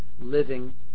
living